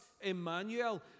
Emmanuel